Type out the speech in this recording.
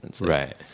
Right